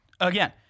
Again